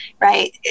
right